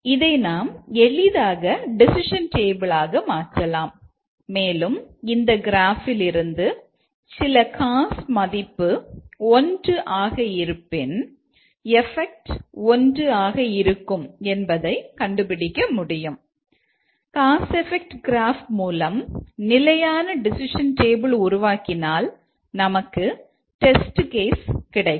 இதை நாம் எளிதாக டெசிஷன் டேபிள் கிடைக்கும்